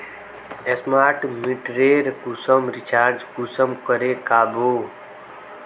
Smart मीटरेर कुंसम recharge कुंसम करे का बो?